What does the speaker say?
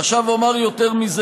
עכשיו אומר יותר מזה.